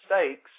mistakes